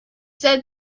said